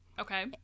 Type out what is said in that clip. Okay